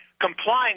complying